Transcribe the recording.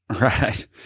Right